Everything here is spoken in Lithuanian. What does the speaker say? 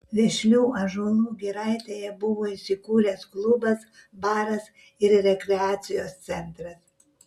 vešlių ąžuolų giraitėje buvo įsikūręs klubas baras ir rekreacijos centras